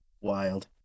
Wild